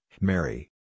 Mary